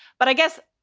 but i guess.